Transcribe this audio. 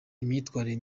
imyitwarire